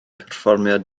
perfformiad